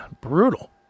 brutal